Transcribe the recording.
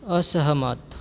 असहमत